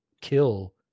kill